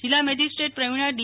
જિલ્લા મેજીસ્ટ્રેટશ્રી પ્રવિણા ડી